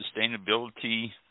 sustainability